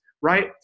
right